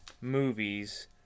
movies